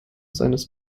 seines